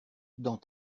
dans